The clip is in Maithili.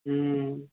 हूँ